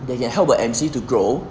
they can help a emcee to grow